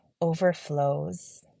overflows